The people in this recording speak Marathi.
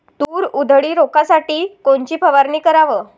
तूर उधळी रोखासाठी कोनची फवारनी कराव?